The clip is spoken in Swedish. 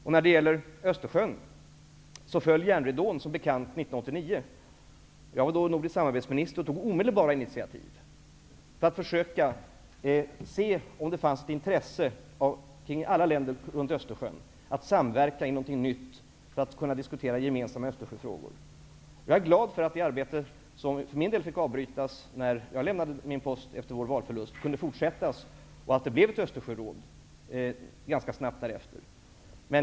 När det gäller Östersjön rasade järnridån som bekant 1989. Då var jag nordisk samarbetsminister och tog omedelbart initiativ för att försöka se om det fanns ett intresse i alla länder kring Östersjön att samverka i någonting nytt för att kunna diskutera gemensamma Östersjöfrågor. Jag är glad över att det arbetet, som för min del fick avbrytas när jag lämnade min post efter vår valförlust, kunde fortsättas och resulterade i ett Östersjöråd ganska snabbt därefter.